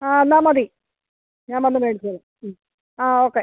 ആ എന്നാൽ മതി ഞാൻ വന്ന് മേടിച്ചോളും ആ ഓക്കെ